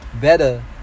better